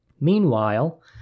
Meanwhile